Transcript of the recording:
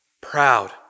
proud